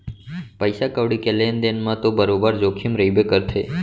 पइसा कउड़ी के लेन देन म तो बरोबर जोखिम रइबे करथे